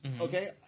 okay